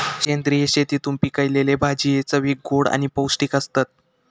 सेंद्रिय शेतीतून पिकयलले भाजये चवीक गोड आणि पौष्टिक आसतत